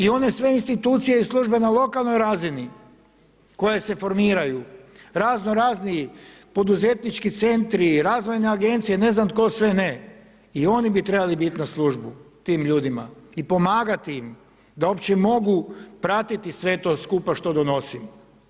I one sve institucije i službeno, na lokalnoj razini, koja se formiraju, razno razni poduzetnički centri, razvojne agencije, ne znam tko sve ne, i oni bi trebali biti na službu tim ljudima i pomagati ima da uopće mogu pratiti sve to skupa što donosimo.